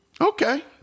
Okay